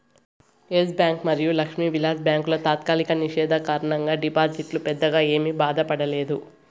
yes Bank మరియు లక్ష్మీ విలాస్ బ్యాంకుల తాత్కాలిక నిషేధం కారణంగా డిపాజిటర్లు పెద్దగా ఏమీ బాధపడలేదు